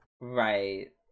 Right